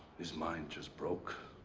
his mind just broke.